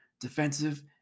defensive